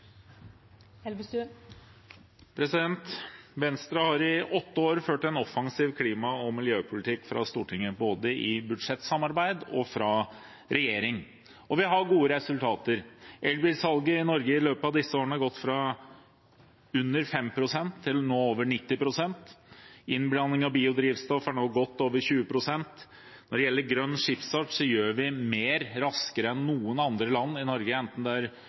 Venstre har i åtte år ført en offensiv klima- og miljøpolitikk fra Stortinget, både i budsjettsamarbeid og fra regjering. Vi har gode resultater. Elbilsalget i Norge har i løpet av disse årene gått fra under 5 pst. til nå over 90 pst., innblanding av biodrivstoff er nå godt over 20 pst., og når det gjelder grønn skipsfart, gjør vi i Norge mer, raskere enn noen andre land,